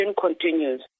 continues